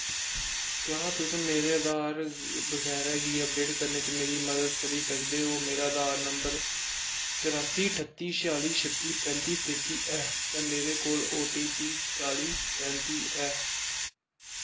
क्या तुस मेरे आधार बगैरा गी अपडेट करने च मेरी मदद करी सकदे ओ मेरा आधार नंबर चरासी ठत्ती छेआली छित्ती पैंती तेती ते मेरे कोल ओ टी पी चाली पैंती ऐ